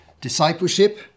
discipleship